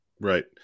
Right